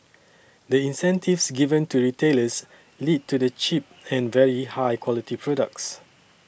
the incentives given to retailers lead to the cheap and very high quality products